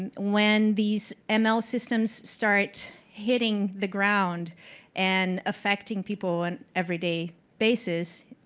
and when these um ml systems start hitting the ground and affecting people in everyday basis,